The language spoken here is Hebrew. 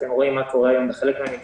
אתם רואים מה קורה היום בחלק מן המגזרים.